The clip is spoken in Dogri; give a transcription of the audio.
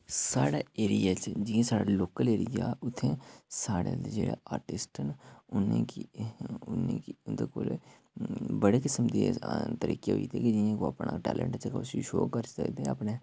साढ़ै एरिये च जियां साढ़ा लोकल एरिया ऐ उत्थें साढ़े जेह्ड़ा आर्टिस्ट न उ'नेंगी उ'नेंगी उं'दे कोल बड़े किसम दे तरीके होई गेदे जियां कि ओह् अपना टैलेंट शो करी सकदे अपने